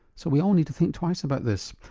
so we all need to think twice about this.